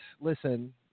listen